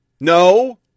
no